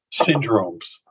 syndromes